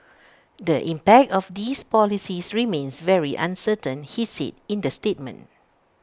the impact of these policies remains very uncertain he said in the statement